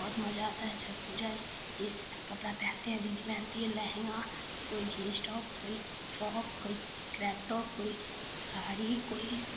बहुत मज़ा आता है छठ पूजा के कपड़ा पहनते हैं दीदी पहनती है लंहगा कोई जीन्स टॉप कोई फ्रॉक कोई क्रैक टॉप कोई साड़ी कोई